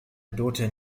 daughter